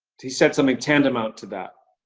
he said something tantamount to that.